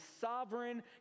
sovereign